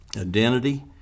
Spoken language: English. Identity